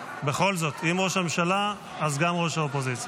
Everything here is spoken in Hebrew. בכל זאת, אם ראש הממשלה, אז גם ראש האופוזיציה.